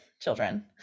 children